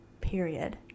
period